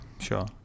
sure